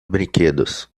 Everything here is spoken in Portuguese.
brinquedos